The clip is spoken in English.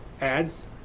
ads